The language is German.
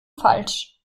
falsch